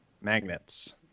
magnets